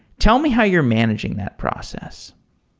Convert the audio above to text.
tell me how you're managing that process